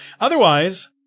Otherwise